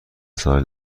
ساحل